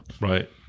right